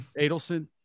Adelson